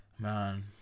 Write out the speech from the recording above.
man